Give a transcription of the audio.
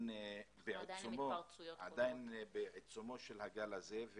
עדין בעיצומו של הגל הזה,